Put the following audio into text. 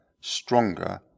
stronger